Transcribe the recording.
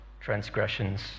transgressions